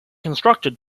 constructed